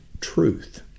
truth